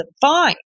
fine